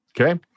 Okay